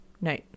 No